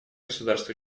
государств